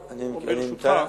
ברשותך,